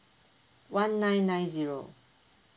one nine nine zero